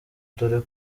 dore